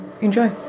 enjoy